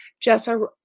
Jessa